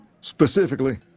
Specifically